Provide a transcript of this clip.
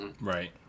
right